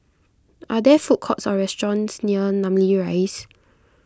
are there food courts or restaurants near Namly Rise